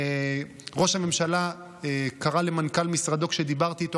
ראש הממשלה קרא למנכ"ל משרדו כשדיברתי איתו